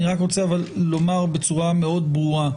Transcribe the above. אני רק רוצה לומר בצורה מאוד ברורה: